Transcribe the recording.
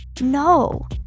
No